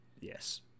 yes